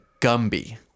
Gumby